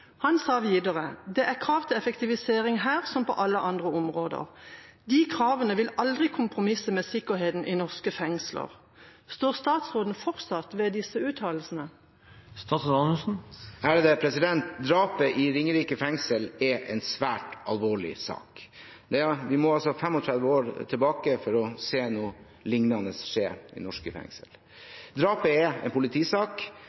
kravene vil aldri kompromisse med sikkerheten i norske fengsel». Står statsråden fortsatt for disse uttalelsene?» Drapet i Ringerike fengsel er en svært alvorlig sak. Vi må 35 år tilbake for å se noe lignende skje i norske